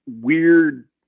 weird